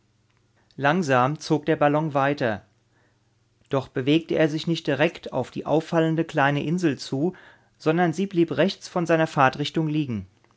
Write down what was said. langsam zog der ballon weiter doch bewegte er sich nicht direkt auf die auffallende kleine insel zu sondern sie blieb rechts von seiner fahrtrichtung liegen